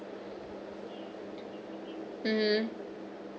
mmhmm